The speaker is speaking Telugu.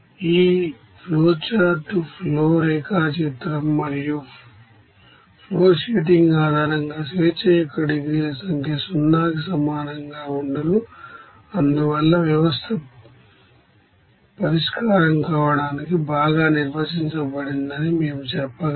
ఈ ఫ్లోచార్ట్ ఫ్లో రేఖాచిత్రం మరియు ఫ్లోషీటింగ్ ఆధారంగా స్వేచ్ఛ యొక్క డిగ్రీల సంఖ్య 0 కి సమానంగా ఉండును అందువల్ల వ్యవస్థ పరిష్కారం కావడానికి బాగా నిర్వచించబడిందని మేము చెప్పగలం